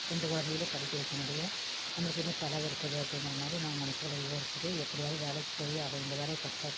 ரெண்டு குலந்தைகளையும் படிக்க வைக்க முடியும் நம்மளுக்கு இன்னும் செலவு இருக்குது அப்படிங்கிறமாரி நான் மனசுக்குள்ளே யோசிச்சிகிட்டு அது எப்படியாவது வேலைக்கு போயே ஆகணும் இந்த வேலையை தக்க